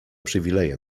przywileje